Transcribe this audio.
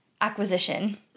acquisition